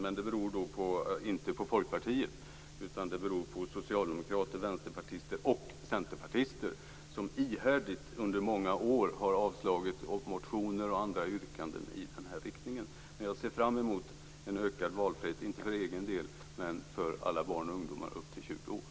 Men det beror inte på Folkpartiet, utan det beror på socialdemokrater, vänsterpartister och centerpartister, som ihärdigt under många år har avslagit motioner och andra yrkanden i den här riktningen. Men jag ser fram emot en ökad valfrihet, inte för egen del, men för alla våra ungdomar upp till 20 år.